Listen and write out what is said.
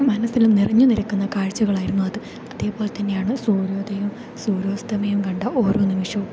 മനസ്സിലും നിറഞ്ഞു നിൽക്കുന്ന കാഴ്ചകളായിരുന്നു അത് അതേപോലെ തന്നെയാണ് സൂര്യോദയവും സൂര്യാസ്തമയവും കണ്ട ഓരോ നിമിഷവും